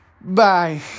bye